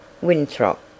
Winthrop